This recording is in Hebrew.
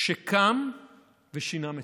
שקם ושינה מציאות,